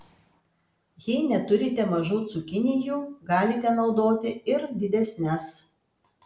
jei neturite mažų cukinijų galite naudoti ir didesnes